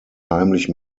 heimlich